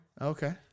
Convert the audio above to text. Okay